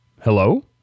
Hello